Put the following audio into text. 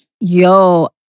Yo